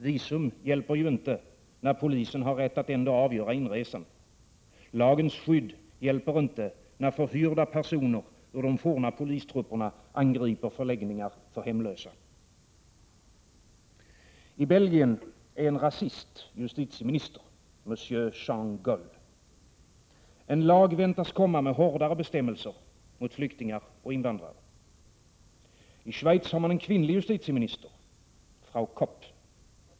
Visum hjälper inte, när polisen ändå har rätt att avgöra inresan. Lagens skydd hjälper inte, när förhyrda personer ur de forna polistrupperna angriper förläggningar för hemlösa. I Belgien är en rasist justitieminister, M. Jean Gol. En lag väntas komma med hårdare bestämmelser mot flyktingar och invandrare. I Schweiz har man en kvinnlig justitieminister, Frau Kopp.